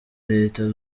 leta